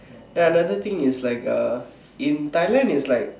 ya another thing is like uh in Thailand it's like